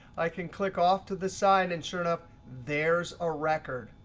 i can click off to the side, and sure enough there's a record.